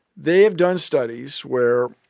they have done studies where